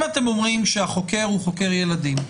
אם אתם אומרים שהחוקר הוא חוקר ילדים,